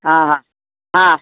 हा हा हा